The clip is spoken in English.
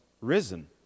risen